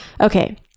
okay